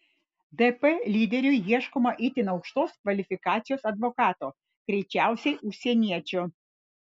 dp lyderiui ieškoma itin aukštos kvalifikacijos advokato greičiausiai užsieniečio